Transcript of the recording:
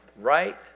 right